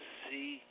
see